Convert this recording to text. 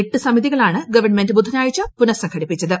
എട്ട് സമിതികളാണ് ഗവൺമെന്റ് ബുധനാഴ്ച പുനസംഘടിപ്പിച്ചത്